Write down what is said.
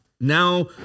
Now